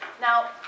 Now